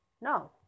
no